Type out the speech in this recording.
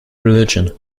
religion